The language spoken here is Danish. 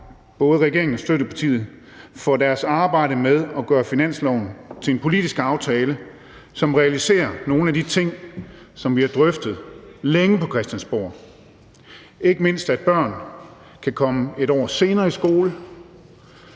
både regeringen og støttepartierne for deres arbejde med at gøre finansloven til en politisk aftale, som realiserer nogle af de ting, som vi har drøftet længe på Christiansborg – ikke mindst, at børn kan komme 1 år senere i skole,